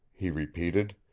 he repeated.